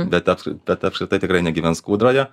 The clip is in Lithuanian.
bet aps bet apskritai tikrai negyvens kūdroje